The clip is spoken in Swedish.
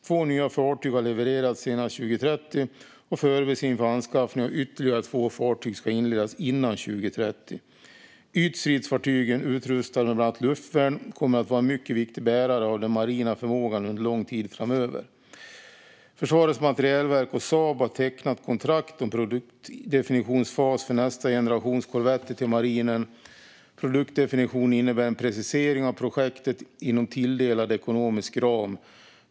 Två nya fartyg ska levereras senast 2030, och förberedelser inför anskaffning av ytterligare två fartyg ska inledas innan 2030. Ytstridsfartygen, utrustade med bland annat luftvärn, kommer att vara en mycket viktig bärare av den marina förmågan under lång tid framöver. Försvarets materielverk och Saab har tecknat kontrakt om produktdefinitionsfas för nästa generations korvetter till marinen. Produktdefinitionen innebär en precisering av projektet inom tilldelad ekonomisk ram.